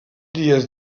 dies